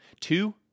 Two